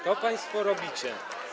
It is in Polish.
To państwo robicie.